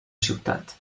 ciutat